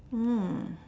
mm